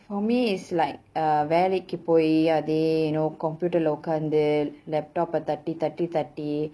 for me is like uh வேலைக்கு போயி அதே:velaikku poyi athae you know computer leh உட்காந்து:utkaanthu laptop ah தட்டி தட்டி தட்டி:thatti thatti thatti